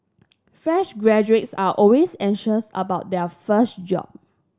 fresh graduates are always anxious about their first job